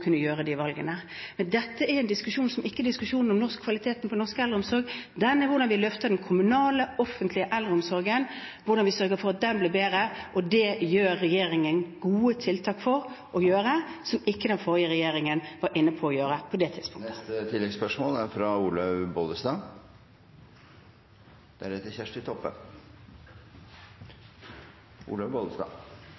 kunne gjøre de valgene. Men dette er en diskusjon som ikke handler om kvaliteten på norsk eldreomsorg, den handler om hvordan vi løfter den kommunale, offentlige eldreomsorgen, hvordan vi sørger for at den blir bedre. Det har regjeringen gode tiltak for å gjøre, som den forrige regjeringen ikke var inne på å gjøre på det tidspunktet. Olaug V. Bollestad – til oppfølgingsspørsmål. Kvalitet handler ikke alltid om om det er